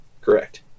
Correct